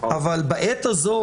אבל בעת הזאת,